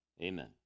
Amen